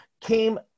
came